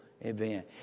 event